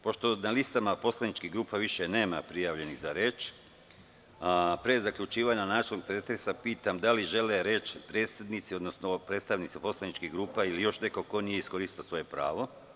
Pošto na listama poslaničkih grupa više nema prijavljenih za reč, pre zaključivanja načelnog pretresa, pitam da li žele reč predsednici, odnosno predstavnici poslaničkih grupa ili još neko ko nije iskoristio svoje pravo?